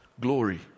glory